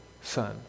son